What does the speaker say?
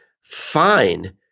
fine